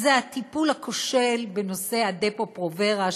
האחד זה הטיפול הכושל בנושא ה"דפו-פרוברה",